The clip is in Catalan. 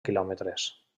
quilòmetres